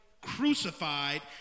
crucified